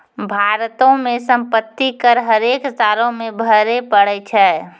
भारतो मे सम्पति कर हरेक सालो मे भरे पड़ै छै